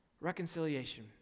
Reconciliation